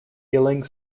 ealing